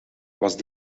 was